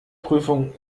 prüfung